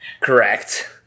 Correct